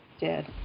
Dead